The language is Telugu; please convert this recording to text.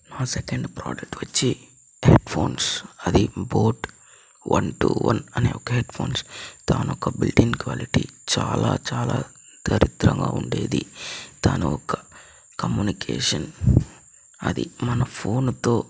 నా సెకండ్ ప్రోడక్ట్ వచ్చి హెడ్ ఫోన్స్ అది బోట్ వన్ టు వన్ అనే ఒక హెడ్ ఫోన్స్ దాని యొక్క బిల్డింగ్ క్వాలిటీ చాలా చాలా దరిద్రంగా ఉండేది దాని యొక్క కమ్యూనికేషన్ అది మన ఫోనుతో